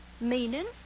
Meaning